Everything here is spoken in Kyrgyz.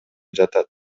жатат